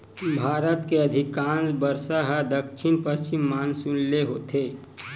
भारत के अधिकांस बरसा ह दक्छिन पस्चिम मानसून ले होथे